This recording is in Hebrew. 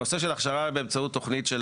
הנושא של הכשרה באמצעות תוכנית של